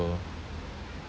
~o